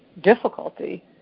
difficulty